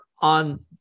on